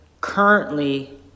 currently